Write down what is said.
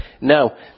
no